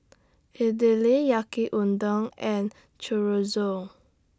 Idili Yaki Udon and Chorizo